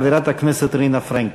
חברת הכנסת רינה פרנקל.